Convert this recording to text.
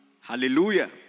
Hallelujah